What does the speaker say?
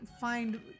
find